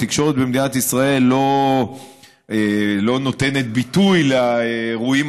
התקשורת במדינת ישראל לא נותנת ביטוי לאירועים